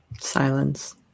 silence